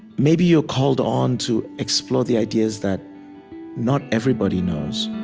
maybe you're called on to explore the ideas that not everybody knows